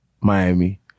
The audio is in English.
Miami